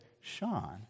Sean